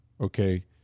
okay